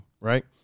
right